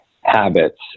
habits